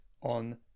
on